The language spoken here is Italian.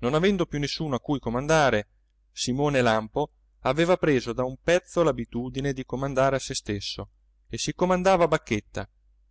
non avendo più nessuno a cui comandare simone lampo aveva preso da un pezzo l'abitudine di comandare a se stesso e si comandava a bacchetta